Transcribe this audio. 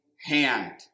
hand